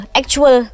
actual